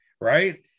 right